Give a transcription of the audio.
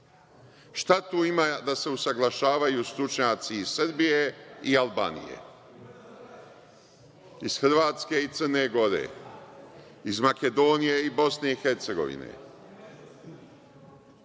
Šta tu ima da se usaglašavaju stručnjaci iz Srbije i Albanije, iz Hrvatske i Crne Gore, iz Makedonije i BiH? O čemu oni